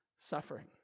suffering